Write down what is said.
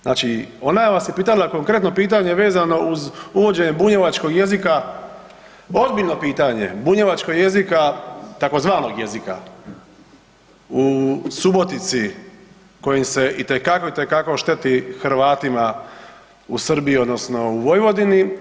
Znači ona vas je pitala konkretno pitanje vezano uz uvođenje bunjevačkog jezika, ozbiljno pitanje bunjevačkog jezika tzv. jezika u Subotici kojim se itekako, itekako šteti Hrvatima u Srbiji, odnosno u Vojvodini.